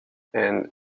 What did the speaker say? and